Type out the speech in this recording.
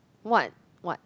what what